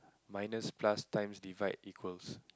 minus plus times divide equals